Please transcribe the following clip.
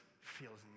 feels